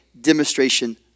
demonstration